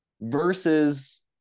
versus